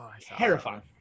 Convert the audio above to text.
terrifying